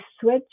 switch